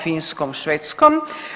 Finskom, Švedskom.